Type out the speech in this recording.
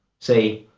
say,